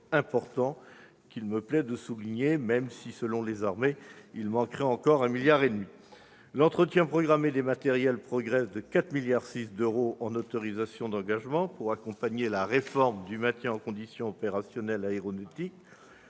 important, qu'il me plaît de souligner, même si, selon les armées, il manque encore 1,5 milliard d'euros. L'entretien programmé des matériels progresse de 4,6 milliards d'euros en autorisations d'engagement, pour accompagner la réforme du maintien en condition opérationnelle aéronautique.